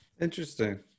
Interesting